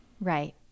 Right